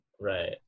Right